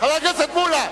חבר הכנסת מולה.